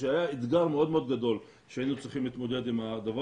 שהייתה אתגר מאוד מאוד גדול שהיינו צריכים להתמודד איתו.